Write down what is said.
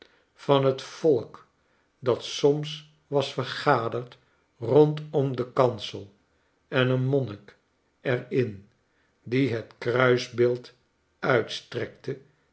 van het volk dat soms was vergaderd rondom den kanse en een monnik er in die het kruisbeeld uitstrekte